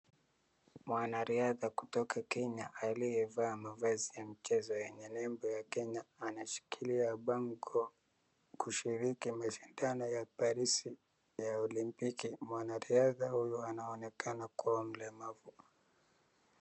Mwanariadha kutoka Kenya aliyevaa mavazi ya mchezo yalyenye nembo ya Kenya, anashikilia banko kushiriki mashindano ya Paris ya olimpiki, mwanariadha huyu anaonekana kuwa mlemavu.